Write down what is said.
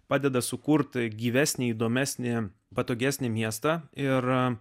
padeda sukurti gyvesnį įdomesnį patogesnį miestą ir